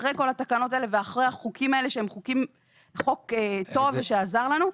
אחרי כל התקנות האלה ואחרי החוק הזה שהוא חוק טוב שעזר לנו.